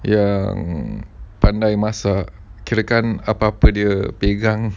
yang pandai masak kirakan bapa dia pegang